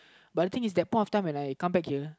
but the thing is that point when I come back here